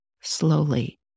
slowly